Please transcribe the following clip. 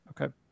Okay